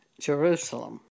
Jerusalem